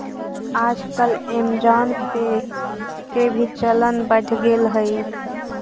आजकल ऐमज़ान पे के भी चलन बढ़ गेले हइ